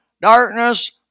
darkness